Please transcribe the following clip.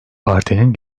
partinin